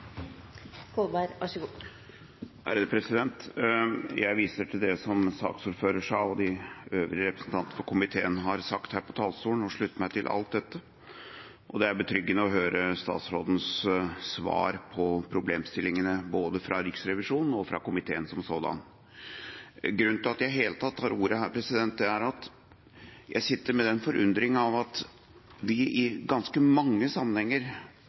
Jeg viser til det som saksordføreren sa, og til det som de øvrige representanter for komiteen har sagt her på talerstolen. Jeg slutter meg til alt dette, og det er betryggende å høre statsrådens svar på problemstillingene både fra Riksrevisjonen og fra komiteen som sådan. Grunnen til at jeg i det hele tatt tar ordet her, er at jeg sitter med en forundring over at vi i ganske mange sammenhenger